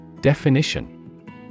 Definition